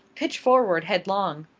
pitched forward headlong,